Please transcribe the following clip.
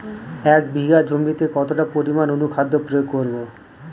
এক বিঘা জমিতে কতটা পরিমাণ অনুখাদ্য প্রয়োগ করব?